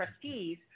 trustees